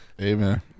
Amen